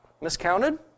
miscounted